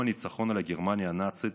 יום הניצחון על גרמניה הנאצית